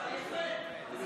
יפה,